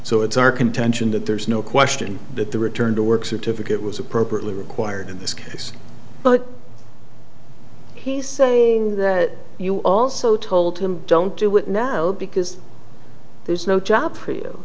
so it's our contention that there's no question that the return to work certificate was appropriately required in this case but he said that you also told him don't do it now because there's no job